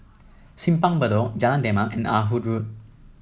Simpang Bedok Jalan Demak and Ah Hood Road